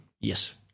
Yes